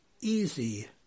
easy